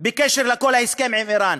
בעניין כל ההסכם עם איראן.